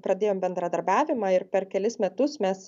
pradėjom bendradarbiavimą ir per kelis metus mes